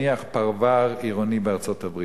פרבר עירוני בארצות-הברית.